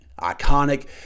Iconic